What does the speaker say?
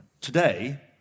Today